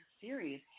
series